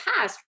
past